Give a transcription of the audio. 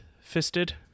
fisted